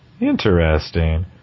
Interesting